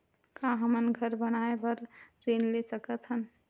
का हमन घर बनाए बार ऋण ले सकत हन?